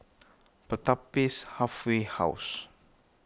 Pertapis Halfway House